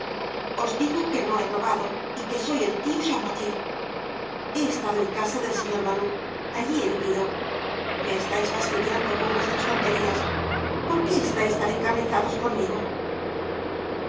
os digo que no he robado y que soy el tio champmathieu he estado en casa del señor baloup allí he vivido me estais fastidiando con vuestras tonterías por qué estais tan encarnizados conmigo el